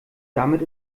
damit